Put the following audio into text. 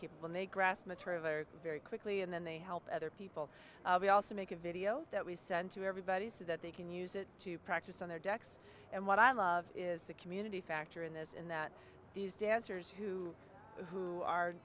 over very quickly and then they help other people we also make a video that we send to everybody so that they can use it to practice on their decks and what i love is the community factor in this in that these dancers who who are